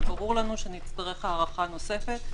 אבל ברור לנו שנצטרך הארכה נוספת,